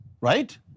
right